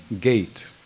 gate